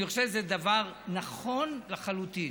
אני חושב שזה דבר נכון לחלוטין.